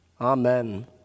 Amen